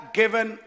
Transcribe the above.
given